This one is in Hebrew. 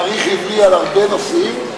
(רישום התאריך העברי ברישיון נהיגה),